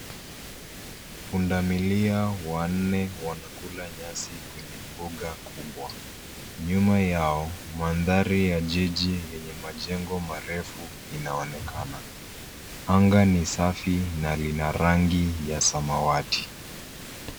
Pundamilia wanne wanakula nyasi kwenye mbuga kubwa. Nyuma yao Mandhari ya jiji yenye majengo marefu inaonekana. Anga ni safi na lina rangi ya samawati.